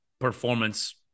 performance